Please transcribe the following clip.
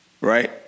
right